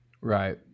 right